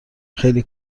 خیلی